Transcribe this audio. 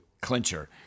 clincher